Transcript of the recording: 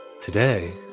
Today